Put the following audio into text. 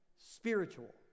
spiritual